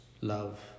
Love